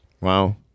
Wow